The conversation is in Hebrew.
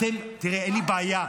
תראה, אין לי בעיה.